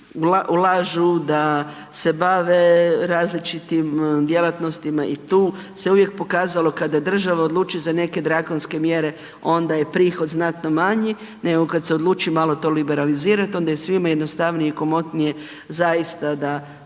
ulažu se bave različitim djelatnostima i tu se uvijek pokazalo kada odluči za neke drakonske mjere, onda je prihod znatno manji nego kad se odluči malo to liberalizirati, onda je svima jednostavnije i komotnije zaista da